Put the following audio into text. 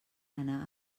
anar